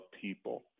people